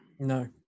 no